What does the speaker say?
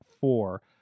four